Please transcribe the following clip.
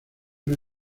una